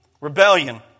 Rebellion